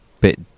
bit